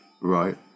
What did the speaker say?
Right